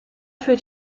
führt